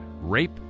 rape